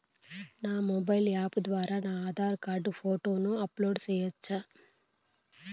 నా mobile app ద్వారా నా ఆధార్ కార్డు ఫోటోను అప్లోడ్ సేయొచ్చా?